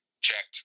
checked